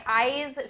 eyes